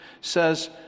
says